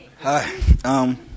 Hi